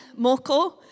moko